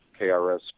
krs